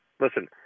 listen